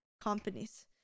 companies